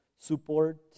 support